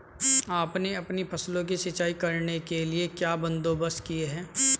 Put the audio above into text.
आपने अपनी फसलों की सिंचाई करने के लिए क्या बंदोबस्त किए है